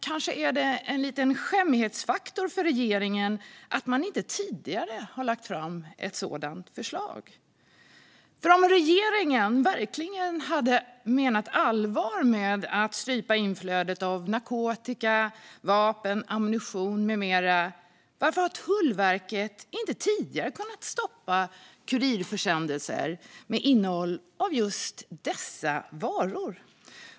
Kanske är det lite skämmigt för regeringen att man inte tidigare har lagt fram ett sådant förslag. Om regeringen verkligen på allvar har velat strypa inflödet av narkotika, vapen, ammunition med mera, varför har Tullverket inte tidigare kunnat stoppa kurirförsändelser som innehåller just dessa varor?